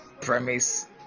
premise